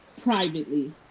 privately